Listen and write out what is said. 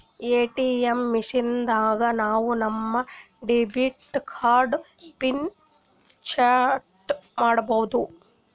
ATM machine ನಾಗ್ ನಾವ್ ನಮ್ ಡೆಬಿಟ್ ಕಾರ್ಡ್ದು ಪಿನ್ ಚೇಂಜ್ ಮಾಡ್ಬೋದು